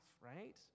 right